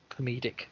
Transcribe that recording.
comedic